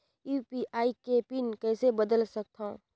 UPI के PIN कइसे बदल सकथव?